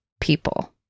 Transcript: people